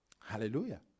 Hallelujah